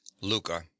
Luca